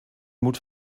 moet